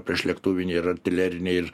priešlėktuviniai ir artileriniai ir